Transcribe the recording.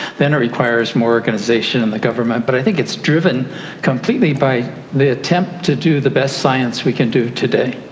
then it requires more organisation and the government, but i think it's driven completely by the attempt to do the best science we can do today.